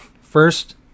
first